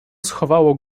schowało